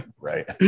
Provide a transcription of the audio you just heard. Right